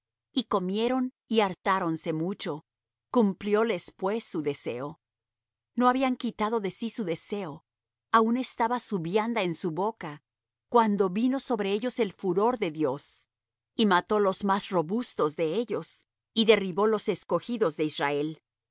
y comieron y hartáronse mucho cumplióles pues su deseo no habían quitado de sí su deseo aun estaba su vianda en su boca cuando vino sobre ellos el furor de dios y mató los más robustos de ellos y derribo los escogidos de israel